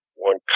one